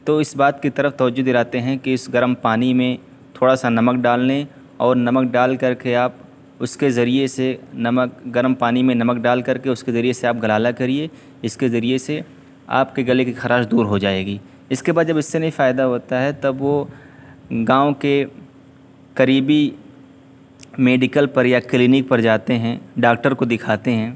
تو اس بات کی طرف توجہ دلاتے ہیں کہ اس گرم پانی میں تھوڑا سا نمک ڈال لیں اور نمک ڈال کر کے آپ اس کے ذریعے سے نمک گرم پانی میں نمک ڈال کر کے اس کے ذریعے سے آپ غلالہ کریے اس کے ذریعے سے آپ کے گلے کی خراش دور ہو جائے گی اس کے بعد جب اس سے نہیں فائدہ ہوتا ہے تب وہ گاؤں کے قریبی میڈیکل پر یا کلینک پر جاتے ہیں ڈاکٹر کو دکھاتے ہیں